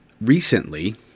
recently